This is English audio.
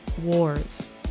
Wars